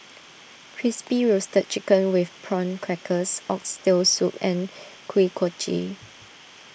Crispy Roasted Chicken with Prawn Crackers Oxtail Soup and Kuih Kochi